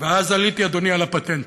ואז עליתי, אדוני, על הפטנט.